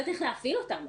איך להפעיל אותם,